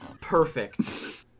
perfect